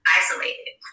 isolated